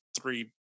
three